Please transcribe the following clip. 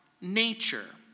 nature